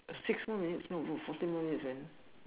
uh six more minutes no bro fourteen more minutes man